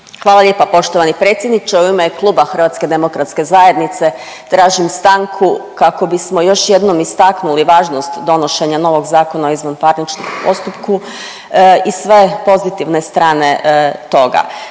Hvala lijepa poštovani predsjedniče. U ime kluba Hrvatske demokratske zajednice tražim stanku kako bismo još jednom istaknuli važnost donošenja novog Zakona o izvanparničnom postupku i sve pozitivne strane toga.